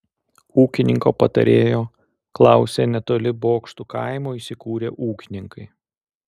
ūkininko patarėjo klausė netoli bokštų kaimo įsikūrę ūkininkai